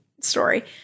story